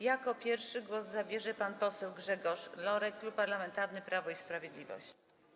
Jako pierwszy głos zabierze pan poseł Grzegorz Lorek, Klub Parlamentarny Prawo i Sprawiedliwość.